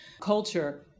culture